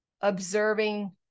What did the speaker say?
observing